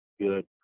good